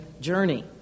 journey